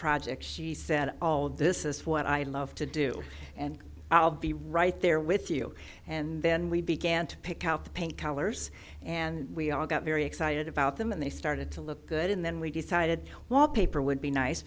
project she said all of this is what i love to do and i'll be right there with you and then we began to pick out the paint colors and we all got very excited about them and they started to look good and then we decided wallpaper would be nice